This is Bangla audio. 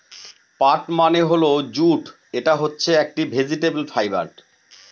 পাট মানে হল জুট এটা হচ্ছে একটি ভেজিটেবল ফাইবার